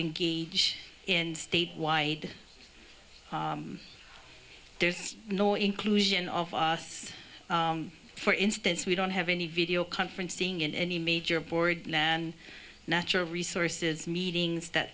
engage in statewide there's no inclusion of us for instance we don't have any video conferencing in any major board and natural resources meetings that